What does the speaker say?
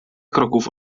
kroków